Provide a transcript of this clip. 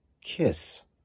kiss